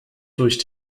durch